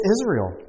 Israel